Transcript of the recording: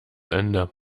ende